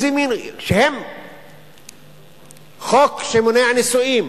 למשל, חוק שמונע נישואים,